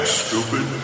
stupid